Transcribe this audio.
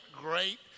great